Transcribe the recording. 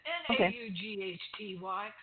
naughty